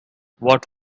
what